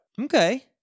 Okay